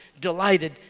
delighted